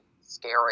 scary